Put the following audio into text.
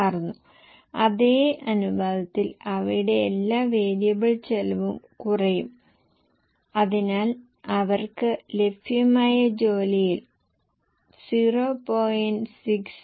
15 ശതമാനം അശുഭാപ്തിവിശ്വാസപരമായ വിൽപ്പന വളർച്ചയ്ക്ക് 10 ശതമാനം ശുഭാപ്തിവിശ്വാസമുള്ള വിൽപ്പന വളർച്ച